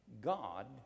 God